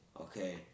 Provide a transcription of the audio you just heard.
Okay